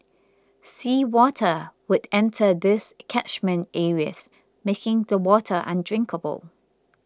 sea water would enter these catchment areas making the water undrinkable